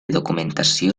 documentació